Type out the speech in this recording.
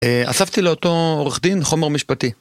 אספתי לאותו עורך דין חומר משפטי.